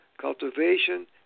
cultivation